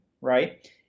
right